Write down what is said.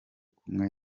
kumwe